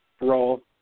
role